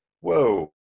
whoa